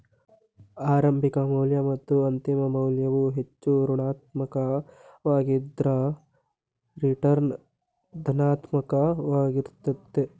ಆರಂಭಿಕ ಮೌಲ್ಯ ಮತ್ತು ಅಂತಿಮ ಮೌಲ್ಯವು ಹೆಚ್ಚು ಋಣಾತ್ಮಕ ವಾಗಿದ್ದ್ರ ರಿಟರ್ನ್ ಧನಾತ್ಮಕ ವಾಗಿರುತ್ತೆ